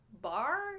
bar